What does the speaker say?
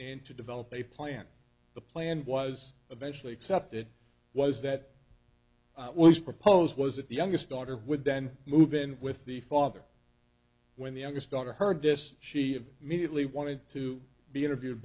and to develop a plan the plan was eventually accepted was that what was proposed was that the youngest daughter would then move in with the father when the youngest daughter heard this she of immediately wanted to be interviewed